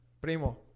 Primo